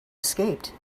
escaped